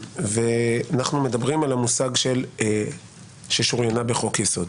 אנחנו מדברים על המושג של "ששוריינה בחוק יסוד".